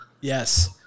Yes